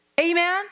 Amen